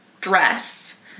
dress